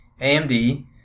AMD